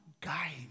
guide